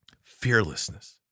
Fearlessness